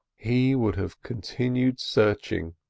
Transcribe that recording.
he would have continued searching,